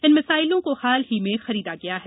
इन मिसाइलों को हाल ही में खरीदा गया है